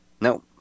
No